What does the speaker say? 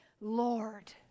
Lord